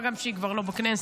מה גם שהיא כבר לא בכנסת,